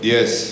Yes